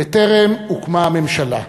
בטרם הוקמה הממשלה,